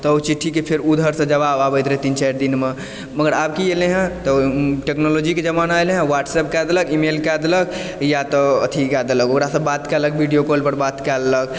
तऽ ओ चिठ्ठीके फेर उधरसँ जवाब आबैत रहै तीन चारि दिनमे मगर आब कि अयलै हँ तऽ टेक्नोलॉजीके जमाना अयलै हँ व्हाट्सप्प कए देलक ईमेल कए देलक या तऽ अथि कए देलक ओकरासँ बात केलक विडियो कॉल पर बात कए लेलक